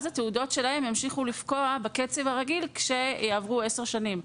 אז התעודות שלהם ימשיכו לפקוע בקצב הרגיל כאשר יעברו 10 שנים.